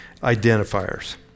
identifiers